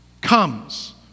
comes